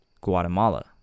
guatemala